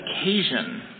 occasion